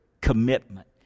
commitment